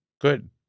Good